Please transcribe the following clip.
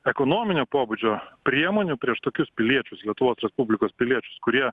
ekonominio pobūdžio priemonių prieš tokius piliečius lietuvos respublikos piliečius kurie